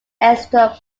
extra